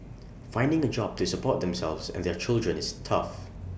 finding A job to support themselves and their children is tough